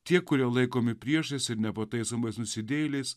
tie kurie laikomi priešais ir nepataisomais nusidėjėliais